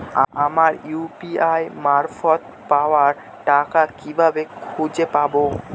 আমার ইউ.পি.আই মারফত পাওয়া টাকা কিভাবে খুঁজে পাব?